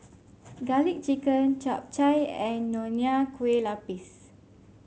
garlic chicken Chap Chai and Nonya Kueh Lapis